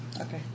Okay